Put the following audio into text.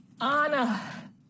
Anna